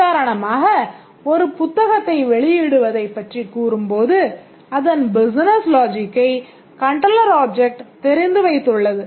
உதாரணமாக ஒரு புத்தகத்தை வெளியிடுவதைப் பற்றிக் கூறும்போது அதன் பிசினஸ் லாஜிக்கை Controller Object தெரிந்து வைத்துள்ளது